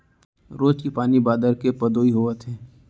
रोज के पानी बादर के पदोई होवत हे